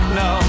no